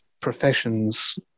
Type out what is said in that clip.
professions